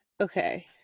Okay